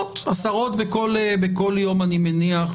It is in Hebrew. עשרות בכל יום אני מניח.